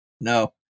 No